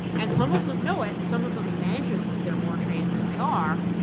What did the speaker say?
and some of them know it and some of them imagine that they're more trained than they are.